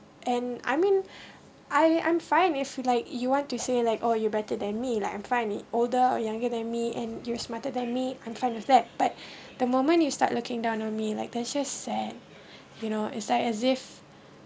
and I mean I I'm fine if you like you want to say like oh you're better than me like I'm fine it older or younger than me and you're smarter than me I'm fine with that but the moment you start looking down on me like that just sad you know it's like as if